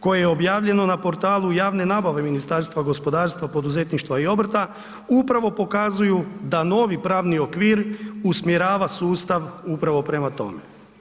koje je objavljeno na portalu javne nabave Ministarstva gospodarstva, poduzetništva i obrta upravo pokazuju da novi pravni okvir usmjerava sustav upravo prema tome.